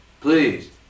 please